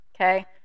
Okay